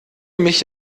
mich